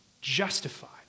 Justified